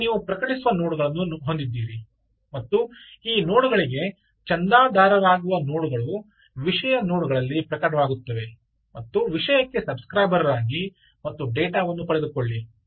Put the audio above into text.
ಈಗ ನೀವು ಪ್ರಕಟಿಸುವ ನೋಡ್ಗಳನ್ನು ಹೊಂದಿದ್ದೀರಿ ಮತ್ತು ಈ ನೋಡ್ಗಳಿಗೆ ಚಂದಾದಾರರಾಗುವ ನೋಡ್ಗಳು ವಿಷಯ ನೋಡ್ ಗಳಲ್ಲಿ ಪ್ರಕಟವಾಗುತ್ತವೆ ಮತ್ತು ವಿಷಯಕ್ಕೆ ಸಬ್ ಸ್ಕ್ರೈಬರ್ ರಾಗಿ ಮತ್ತು ಡೇಟಾ ವನ್ನು ಪಡೆದುಕೊಳ್ಳಿ